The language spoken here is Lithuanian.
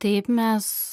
taip mes